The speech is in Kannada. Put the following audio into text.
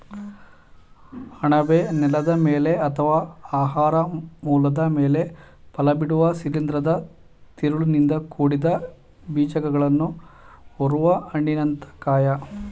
ಅಣಬೆ ನೆಲದ ಮೇಲೆ ಅಥವಾ ಆಹಾರ ಮೂಲದ ಮೇಲೆ ಫಲಬಿಡುವ ಶಿಲೀಂಧ್ರದ ತಿರುಳಿನಿಂದ ಕೂಡಿದ ಬೀಜಕಗಳನ್ನು ಹೊರುವ ಹಣ್ಣಿನಂಥ ಕಾಯ